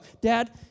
dad